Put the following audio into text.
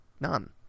none